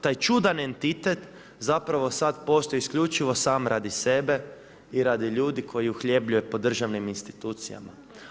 Taj čudan entitet zapravo sada postoji isključivo sam radi sebe i radi ljudi koje uhljebljuje po državnim institucijama.